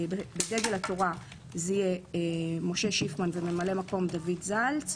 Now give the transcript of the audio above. בדגל התורה יהיה משה שיפמן וממלא מקום יהיה דוד זלץ.